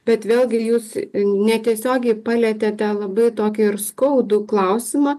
bet vėlgi jūs netiesiogiai palietėte labai tokį ir skaudų klausimą